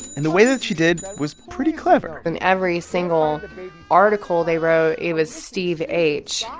and the way that she did was pretty clever in every single article they wrote, it was steve h.